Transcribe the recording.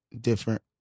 different